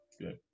good